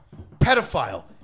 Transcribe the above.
Pedophile